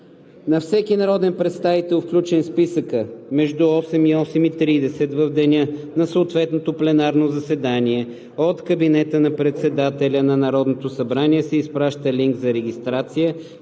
На всеки народен представител, включен в списъка, между 8.00 и 8.30 ч. в деня на съответното пленарно заседание от кабинета на председателя на Народното събрание се изпраща линк за регистрация